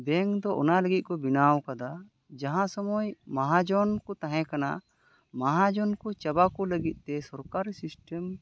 bank ᱫᱚ ᱚᱱᱟ ᱞᱟᱹᱜᱤᱫ ᱠᱚ ᱵᱮᱱᱟᱣ ᱟᱠᱟᱫᱟ ᱡᱟᱦᱟᱸ ᱥᱳᱢᱚᱭ ᱢᱟᱦᱟ ᱡᱚᱱ ᱠᱚ ᱛᱟᱦᱮᱸ ᱠᱟᱱᱟ ᱢᱟᱦᱟ ᱡᱚᱱ ᱠᱚ ᱪᱟᱵᱟ ᱠᱚ ᱞᱟᱹᱜᱤᱫ ᱛᱮ ᱥᱚᱨᱠᱟᱨᱤ ᱥᱤᱥᱴᱮᱢ